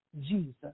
Jesus